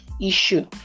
issue